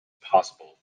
possible